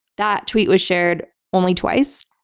that tweet was shared only twice.